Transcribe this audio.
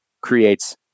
creates